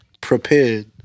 prepared